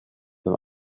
beim